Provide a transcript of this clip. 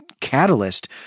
catalyst